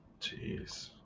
Jeez